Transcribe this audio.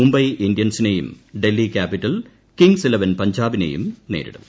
മുംബൈ ഇന്ത്യൻസിനെയും Delhi capital kings eleven പഞ്ചാബിനെയും നേരിടും